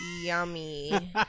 yummy